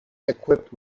equipped